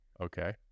okay